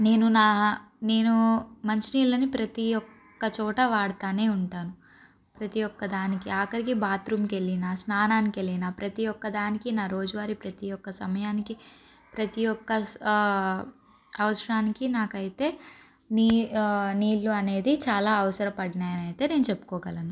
నేను నా నేను మంచి నీళ్ళని ప్రతీ ఒక్క చోట వాడుతూనే ఉంటాను ప్రతీ ఒక్కదానికి ఆఖరికి బాత్రూమ్కి వెళ్ళినా స్నానానికి వెళ్ళినా ప్రతీ ఒక్కదానికి నా రోజువారి ప్రతీ ఒక్క సమయానికి ప్రతీ ఒక్క అవసరానికి నాకు అయితే నీర్ నీళ్ళు అనేది చాలా అవసరం పడ్డాయి అని అయితే నేను చెప్పుకోగలను